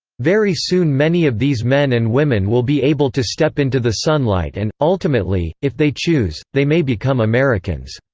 very soon many of these men and women will be able to step into the sunlight and, ultimately, if they choose, they may become americans.